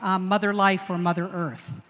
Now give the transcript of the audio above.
um mother life or mother earth.